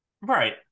Right